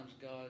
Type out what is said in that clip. God